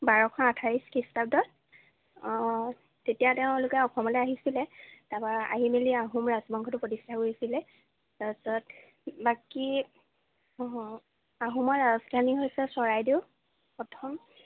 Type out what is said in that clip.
বাৰশ আঠাইছ খ্ৰীষ্টাব্দত অ তেতিয়া তেওঁলোকে অসমলৈ আহিছিলে তাৰপৰা আহি মেলি আহোম ৰাজবংশটো প্ৰতিষ্ঠা কৰিছিলে তাৰপিছত বাকী আহোমৰ ৰাজধানী হৈছে চৰাইদেউ প্ৰথম